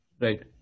Right